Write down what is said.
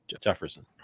Jefferson